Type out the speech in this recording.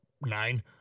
nine